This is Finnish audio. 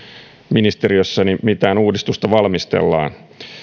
ministeriössä uudistusta valmistellaan